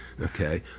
okay